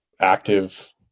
active